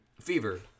fever